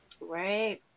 Right